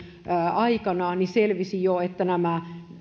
aikana niin selvisi jo että nämä